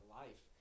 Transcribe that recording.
life